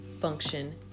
function